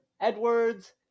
Edwards